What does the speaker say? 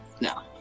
No